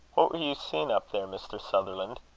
what were you seeing up there, mr. sutherland?